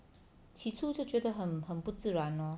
起初就觉得很很不自然 lor